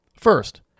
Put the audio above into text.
First